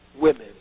women